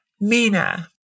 Mina